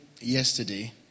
yesterday